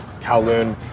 Kowloon